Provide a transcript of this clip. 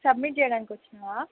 submit చేయడానికి వచ్చావా